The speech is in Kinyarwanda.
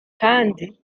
kandi